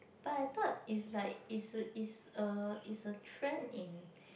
but I thought is like is a is a is a trend in